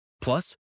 plus